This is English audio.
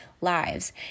lives